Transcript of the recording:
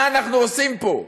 מה אנחנו עושים פה?